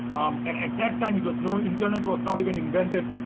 um and at that time you know internet was not even invented.